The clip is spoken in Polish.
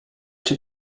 czy